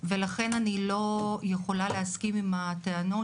ולכן אני לא יכולה להסכים עם הטענות